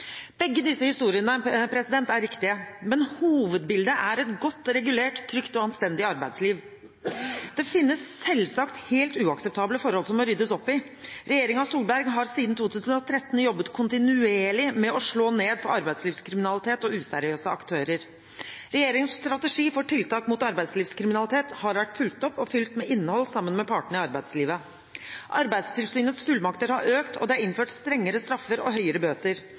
Begge disse historiene er riktige. Hovedbildet er et godt regulert, trygt og anstendig arbeidsliv, men det finnes selvsagt helt uakseptable forhold som må ryddes opp i. Regjeringen Solberg har siden 2013 jobbet kontinuerlig med å slå ned på arbeidslivskriminalitet og useriøse aktører. Regjeringens strategi for tiltak mot arbeidslivskriminalitet har vært fulgt opp og fylt med innhold sammen med partene i arbeidslivet. Arbeidstilsynets fullmakter har økt, og det er innført strengere straffer og høyere bøter.